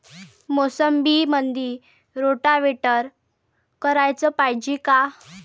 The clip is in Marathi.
मोसंबीमंदी रोटावेटर कराच पायजे का?